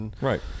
Right